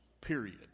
period